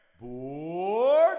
Board